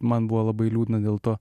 man buvo labai liūdna dėl to